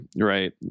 right